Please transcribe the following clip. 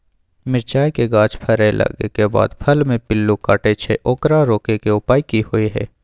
मिरचाय के गाछ फरय लागे के बाद फल में पिल्लू काटे छै ओकरा रोके के उपाय कि होय है?